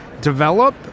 develop